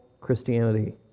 Christianity